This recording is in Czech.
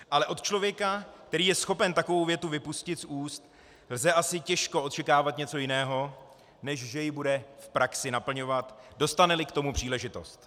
Ale od člověka, který je schopen takovou větu vypustit z úst, lze asi těžko očekávat něco jiného než že ji bude v praxi naplňovat, dostaneli k tomu příležitost.